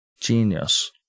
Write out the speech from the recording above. Genius